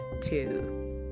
two